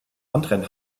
anderen